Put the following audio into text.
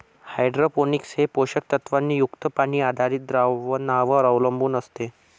hydroponics हे पोषक तत्वांनी युक्त पाणी आधारित द्रावणांवर अवलंबून असते